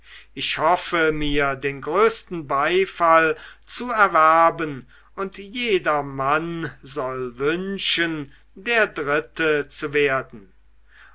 ich hoffe mir den größten beifall zu erwerben und jeder mann soll wünschen der dritte zu werden